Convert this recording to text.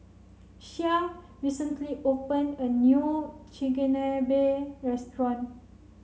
Shea recently open a new Chigenabe restaurant